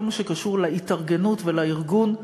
כל מה שקשור להתארגנות ולארגון,